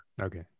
okay